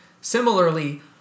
Similarly